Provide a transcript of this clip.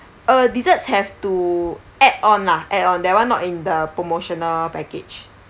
uh desserts have to add on lah add on that one not in the promotional package